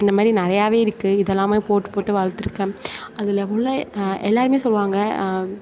அந்தமாதிரி நிறையாவே இருக்கு இதெல்லாம் போட்டு போட்டு வளத்திருக்கேன் அதில் உள்ள எல்லோருமே சொல்வாங்க